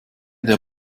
der